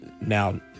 now